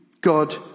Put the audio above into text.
god